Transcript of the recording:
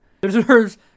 Deserves